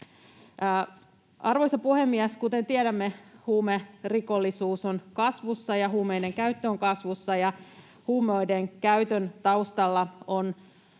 Arvoisa puhemies! Kuten tiedämme, huumerikollisuus on kasvussa ja huumeiden käyttö on kasvussa, ja huumeiden käytön taustalla on